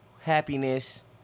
happiness